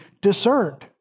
discerned